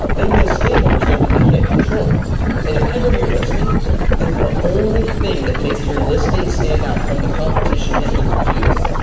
they lose sleep over something they can't control. and if i go to your listing and the only thing that makes your listing stand out from the competition is the reviews,